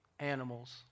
animals